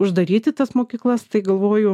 uždaryti tas mokyklas tai galvoju